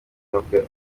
bavuga